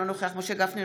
אינו נוכח משה גפני,